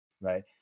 right